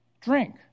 drink